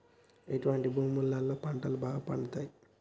ఎటువంటి భూములలో పంటలు బాగా పండుతయ్?